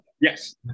Yes